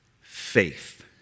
faith